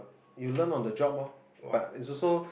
you learn on the job lor but it's also